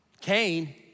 Cain